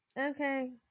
Okay